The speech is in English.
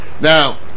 Now